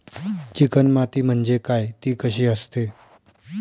Chicken माती म्हणजे काय? ति कशी असते?